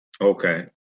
okay